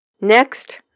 Next